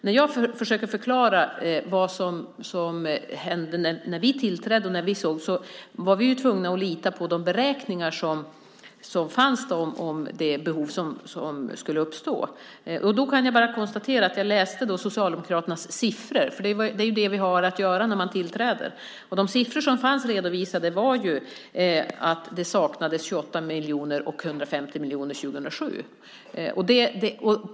När jag försöker förklara vad som hände när vi tillträde kan jag bara konstatera att vi var tvungna att lita på de beräkningar som fanns om de behov som skulle uppstå. Jag läste Socialdemokraternas siffror. Det är det man har att göra när man tillträder. De siffror som fanns redovisade var ju att det saknades 28 miljoner för 2006 och 150 miljoner för 2007.